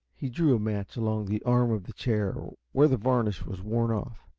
he drew a match along the arm of the chair where the varnish was worn off.